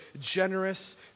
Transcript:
generous